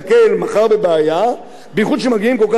בייחוד כשמגיעים כל כך הרבה מוסלמים מצפון-סודן,